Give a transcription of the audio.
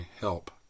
Help